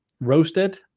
roasted